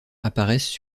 apparaissent